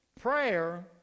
Prayer